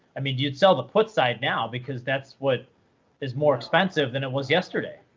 i mean, you'd sell the put side now, because that's what is more expensive than it was yesterday.